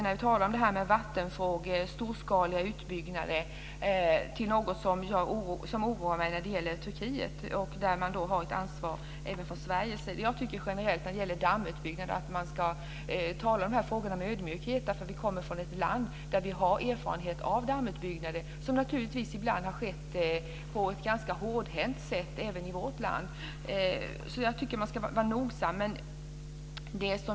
När vi talar om detta med vattenfrågor och storskaliga utbyggnader skulle jag bara vilja anknyta till något som oroar mig när det gäller Turkiet. Här har vi ett ansvar även från Sveriges sida. Jag tycker generellt när det gäller dammutbyggnader att man ska tala om de här frågorna med ödmjukhet därför att vi kommer från ett land där vi har erfarenhet av dammutbyggnader. Det har ibland skett på ett ganska hårdhänt sätt även i vårt land, så jag tycker att vi ska vara nogsamma.